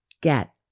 get